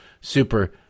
super